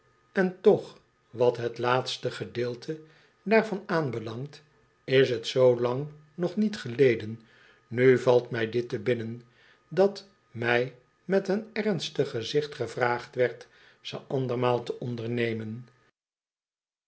en toch wat het laatste gedeelte daarvan aanbelangt is t zoo lang nog niet geleden nu valt mij dit te binnen dat mij met een ernstig gezicht gevraagd werd ze andermaal te ondernemen